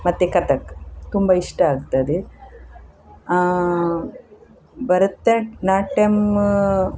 ಮತ್ತು ಕಥಕ್ ತುಂಬ ಇಷ್ಟ ಆಗ್ತದೆ ಭರತನಾಟ್ಯಮ್